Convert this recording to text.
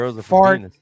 fart